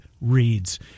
reads